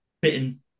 bitten